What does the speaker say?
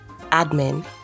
admin